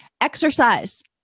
exercise